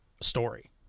story